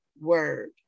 word